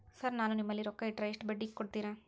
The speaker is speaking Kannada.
ಸರ್ ನಾನು ನಿಮ್ಮಲ್ಲಿ ರೊಕ್ಕ ಇಟ್ಟರ ಎಷ್ಟು ಬಡ್ಡಿ ಕೊಡುತೇರಾ?